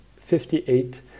58